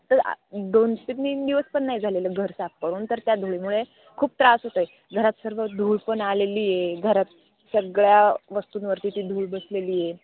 तर दोन ते तीन दिवस पण नाही झालेलं घर साफ करून तर त्या धुळीमुळे खूप त्रास होतो आहे घरात सर्व धूळ पण आलेली आहे घरात सगळ्या वस्तूंवरती ती धूळ बसलेली आहे